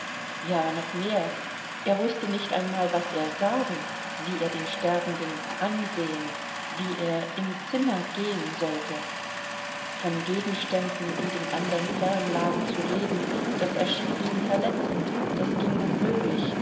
ja noch mehr er wußte nicht einmal was er sagen wie er den sterbenden ansehen wie er im zimmer gehen sollte von gegenständen die dem andern fern lagen zu reden das erschien ihm verletzend das ging unmöglich